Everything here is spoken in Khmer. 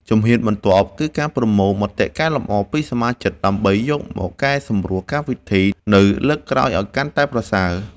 ជំហានបន្ទាប់ គឺការប្រមូលមតិកែលម្អពីសមាជិក ដើម្បីយកមកកែសម្រួលកម្មវិធីនៅលើកក្រោយឱ្យកាន់តែប្រសើរ។